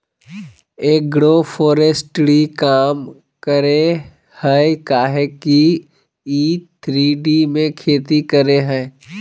agroforestry काम करेय हइ काहे कि इ थ्री डी में खेती करेय हइ